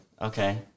okay